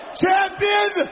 champion